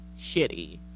shitty